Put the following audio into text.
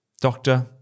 Doctor